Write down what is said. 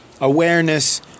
awareness